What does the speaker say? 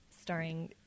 starring